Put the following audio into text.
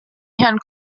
herrn